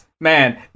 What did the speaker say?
man